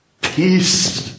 peace